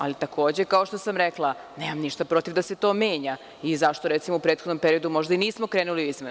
Ali, takođe, kao što sam rekla, nemam ništa protiv da se to menja i zašto, recimo, u prethodnom periodu možda nismo krenuli u izmene.